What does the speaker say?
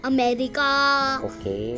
America